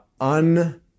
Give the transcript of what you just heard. un-